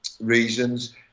reasons